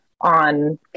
on